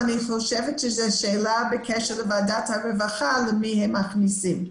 ואני חושבת שזו שאלה בקשר לוועדת הרווחה למי הם מכניסים.